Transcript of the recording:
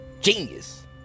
genius